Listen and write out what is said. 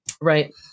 Right